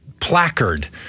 placard